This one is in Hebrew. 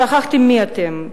שכחתם מי אתם.